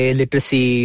literacy